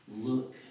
Look